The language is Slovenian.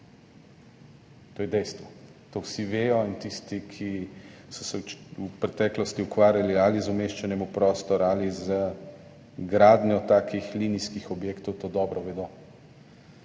To je dejstvo, to vsi vedo in tisti, ki so se v preteklosti ukvarjali z umeščanjem v prostor ali z gradnjo takih linijskih objektov, to dobro vedo.